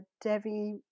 Devi